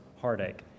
heartache